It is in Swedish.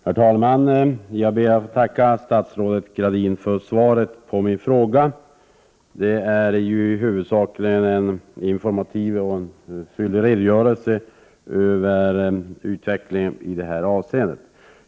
Herr talman! Jag ber att få tacka statsrådet Gradin för svaret på min fråga. Det utgjorde en i huvudsak informativ och fyllig redogörelse över utvecklingen i detta avseende.